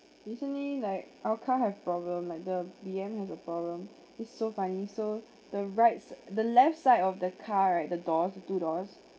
recently like our car have problem like the B_M has a problem it's so funny so the rights the left side of the car right the doors two doors